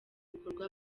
bikorwa